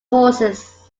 horses